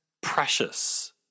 precious